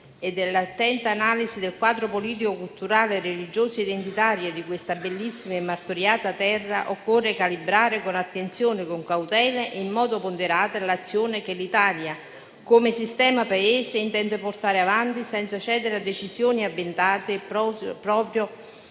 e dell'attenta analisi del quadro politico, culturale e religioso-identitario di questa bellissima e martoriata terra, occorre calibrare con attenzione, con cautela e in modo ponderato l'azione che l'Italia come sistema Paese intende portare avanti, senza cedere a decisioni avventate proprio